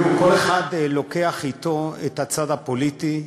כל אחד לוקח אתו את הצד הפוליטי,